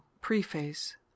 preface